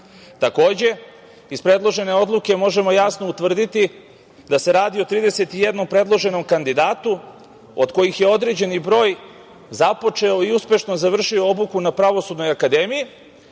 iz predložene odluke možemo jasno utvrditi da se radi o 31 predloženom kandidatu, od kojih je određeni broj započeo i uspešno završio obuku na Pravosudnoj akademiji,